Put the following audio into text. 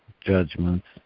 judgments